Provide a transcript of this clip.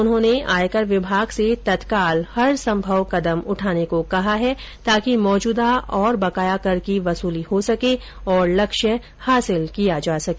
उन्होंने आयकर विभाग से तत्काल हरसंभव कदम उठाने को कहा है ताकि मौजूदा और बकाया कर की वसूली हो सके और लक्ष्य हासिल किया जा सके